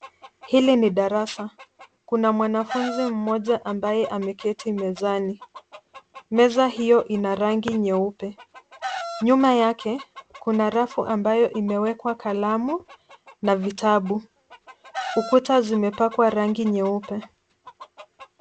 Hili ni darasa kuna mwanafunzi mmoja ambaye ameketi mezani. meza hiyo ina rangi nyeupe nyuma yake kuna rafu ambayo imewekwa kalamu na vitabu, ukuta zimepakwa rangi nyeupe.